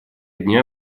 дня